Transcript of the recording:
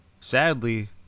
sadly